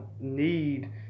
need